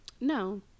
No